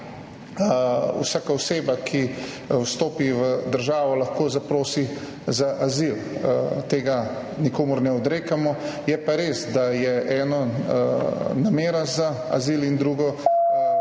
vsaka oseba, ki vstopi v državo, lahko zaprosi za azil, tega nikomur ne odrekamo. Je pa res, da je eno namera za azil in drugo postopek